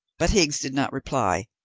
but higgs did not reply,